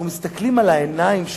אנחנו מסתכלים על העיניים שלהם,